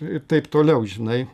ir taip toliau žinai